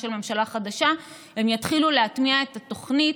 ואני מקווה שעם ההקמה של ממשלה חדשה הם יתחילו להטמיע את התוכנית,